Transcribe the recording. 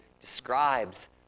describes